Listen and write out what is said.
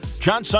John